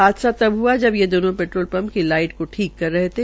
हादसा तब हुआ जब ये दोनो पेट्रोल पंप की लाईट को ठीक कर रहे थे